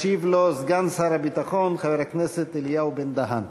ישיב לו סגן שר הביטחון חבר הכנסת אלי בן-דהן.